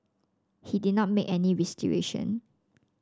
he did not make any restitution